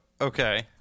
Okay